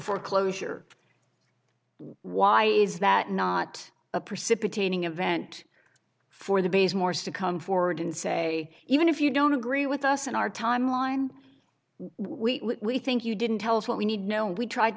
foreclosure why is that not a precipitating event for the base morse to come forward and say even if you don't agree with us in our timeline we we think you didn't tell us what we need know we tried